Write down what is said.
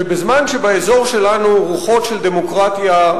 שבזמן שבאזור שלנו רוחות של דמוקרטיה,